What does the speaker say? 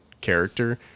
character